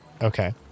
Okay